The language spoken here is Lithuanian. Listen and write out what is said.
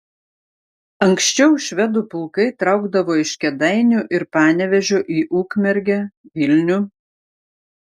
anksčiau švedų pulkai traukdavo iš kėdainių ir panevėžio į ukmergę vilnių